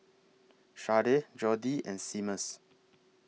Sharday Jodi and Seamus